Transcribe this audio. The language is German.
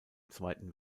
zweiten